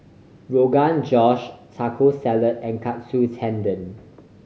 Rogan Josh Taco Salad and Katsu Tendon